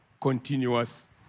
continuous